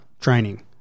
training